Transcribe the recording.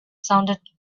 sounded